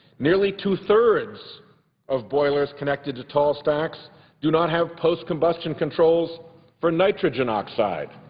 nearly two-thirds of boilers connected to tall stacks do not have post-combustion controls for nitrogen oxide.